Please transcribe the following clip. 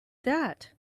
that